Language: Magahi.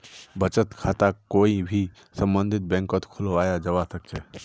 बचत खाताक कोई भी सम्बन्धित बैंकत खुलवाया जवा सक छे